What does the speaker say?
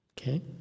Okay